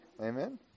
Amen